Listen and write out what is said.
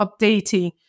updating